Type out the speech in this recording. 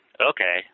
Okay